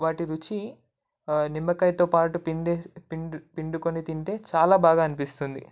వాటి రుచి నిమ్మకాయతో పాటు పిండి పిండి పిండుకొని తింటే చాలా బాగా అనిపిస్తుంది